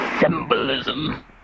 Symbolism